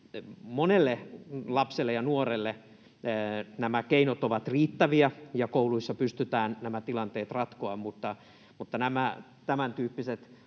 Monelle lapselle ja nuorelle nämä keinot ovat riittäviä, ja kouluissa pystytään nämä tilanteet ratkomaan. Mutta nämä tämäntyyppiset